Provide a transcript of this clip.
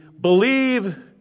believe